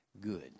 good